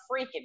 freaking